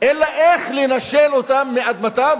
אלא איך לנשל אותם מאדמתם,